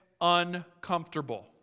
uncomfortable